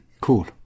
Cool